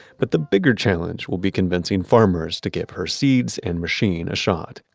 but the bigger challenge will be convincing farmers to give her seeds and machine a shot.